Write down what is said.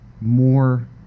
more